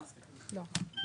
לא.